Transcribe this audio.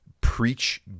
preach